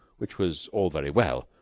which was all very well,